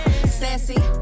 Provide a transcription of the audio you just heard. sassy